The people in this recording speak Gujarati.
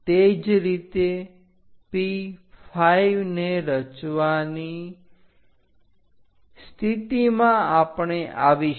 તે જ રીતે P5 ને રચી શકવાની સ્થિતિમાં આપણે આવીશું